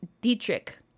Dietrich